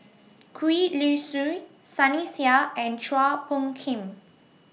Gwee Li Sui Sunny Sia and Chua Phung Kim